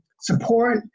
support